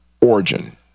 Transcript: origin